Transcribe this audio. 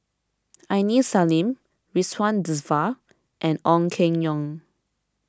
Aini Salim Ridzwan Dzafir and Ong Keng Yong